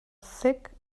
thick